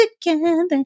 together